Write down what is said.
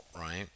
right